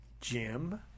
Jim